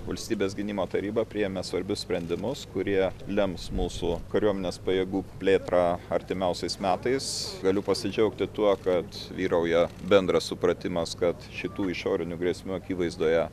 valstybės gynimo taryba priėmė svarbius sprendimus kurie lems mūsų kariuomenės pajėgų plėtrą artimiausiais metais galiu pasidžiaugti tuo kad vyrauja bendras supratimas kad šitų išorinių grėsmių akivaizdoje